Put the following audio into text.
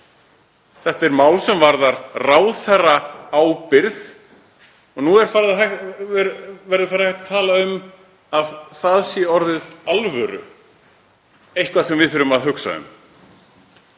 Þetta er mál sem varðar ráðherraábyrgð. Nú verður farið að vera hægt að tala um að það sé orðið í alvöru eitthvað sem við þurfum að hugsa um.